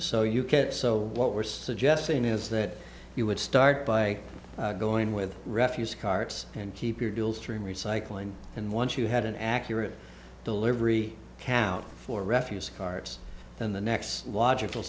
so you can't so what we're suggesting is that you would start by going with refuse carts and keep your dual stream recycling and once you had an accurate delivery count for refuse carts then the next logical